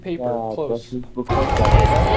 اچھا تۄہہِ چھُس بہٕ خۄش لَگان ہاں